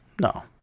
No